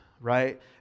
right